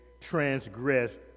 transgressed